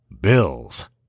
Bills